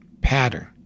pattern